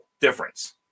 difference